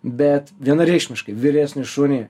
bet vienareikšmiškai vyresnį šunį